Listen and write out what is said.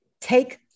Take